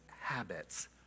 habits